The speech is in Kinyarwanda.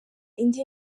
indi